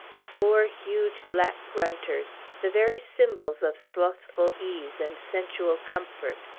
four huge black grunters, the very symbols of slothful ease and sensual comfort.